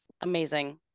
Amazing